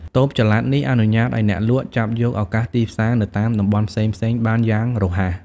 តូបចល័តនេះអនុញ្ញាតឱ្យអ្នកលក់ចាប់យកឱកាសទីផ្សារនៅតាមតំបន់ផ្សេងៗបានយ៉ាងរហ័ស។